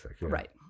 right